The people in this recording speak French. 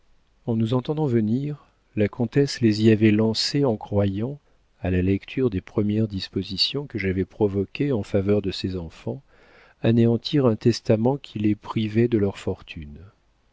en nous entendant venir la comtesse les y avait lancés en croyant à la lecture des premières dispositions que j'avais provoquées en faveur de ses enfants anéantir un testament qui les privait de leur fortune